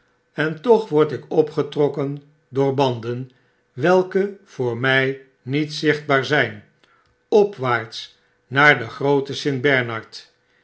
en toch word ik opgetrokken door banden welke voor my niet zichtbaar zijn opwaarts naar den grooten st bernard